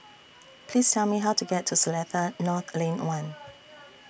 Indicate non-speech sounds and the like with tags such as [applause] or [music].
[noise] Please Tell Me How to get to Seletar North Lane one